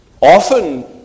often